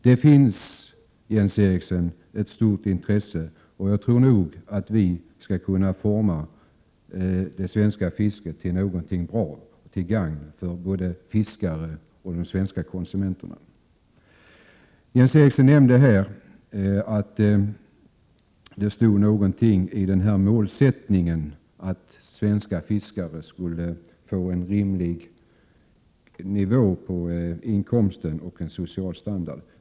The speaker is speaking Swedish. Det finns, Jens Eriksson, ett stort intresse, och jag tror nog att vi skall kunna forma det svenska fisket till något bra, till gagn för både svenska fiskare och de svenska konsumenterna. Jens Eriksson nämnde att det stod något i målsättningen om att svenska fiskare skulle ha en rimlig nivå på inkomsten och en social standard.